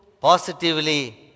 positively